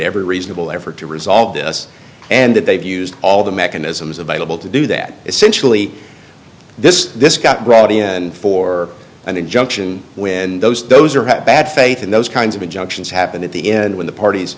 every reasonable effort to resolve this and that they've used all the mechanisms available to do that essentially this this got brought in for an injunction when those dozer had bad faith and those kinds of injunctions happened at the end when the parties